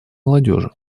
молодежи